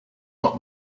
not